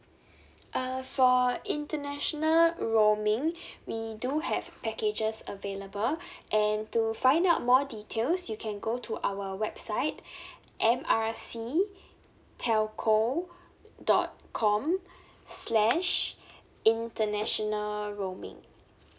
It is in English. uh for international roaming we do have packages available and to find out more details you can go to our website M R C telco dot com slash international roaming